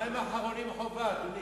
מים אחרונים חובה, אדוני.